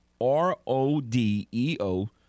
R-O-D-E-O